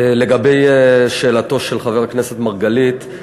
לגבי שאלתו של חבר הכנסת מרגלית,